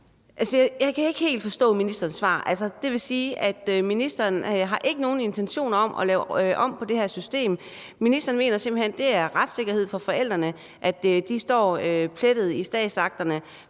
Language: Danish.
Jeg kan ikke helt forstå ministerens svar. Det vil sige, at ministeren ikke har nogen intentioner om at lave om på det her system – ministeren mener simpelt hen, at det er retssikkerhed for forældrene, at de står plettet i statsakterne